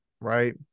Right